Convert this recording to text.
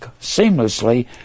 seamlessly